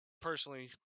personally